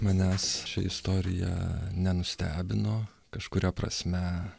manęs ši istorija nenustebino kažkuria prasme